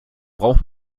braucht